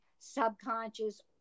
subconscious